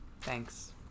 Thanks